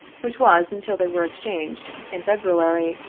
which was until they were exchanged in february,